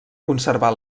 conservar